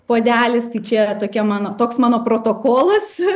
puodelis tai čia tokia mano toks mano protokolas